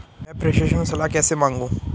मैं प्रेषण सलाह कैसे मांगूं?